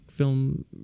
film